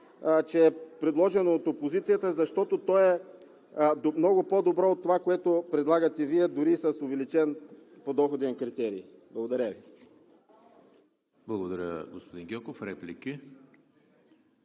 че е предложено от опозицията, защото то е много по-добро от това, което предлагате Вие, дори и с увеличен подоходен критерий. Благодаря Ви. ПРЕДСЕДАТЕЛ ЕМИЛ ХРИСТОВ: Благодаря, господин Гьоков. Реплики?